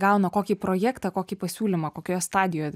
gauna kokį projektą kokį pasiūlymą kokioje stadijoje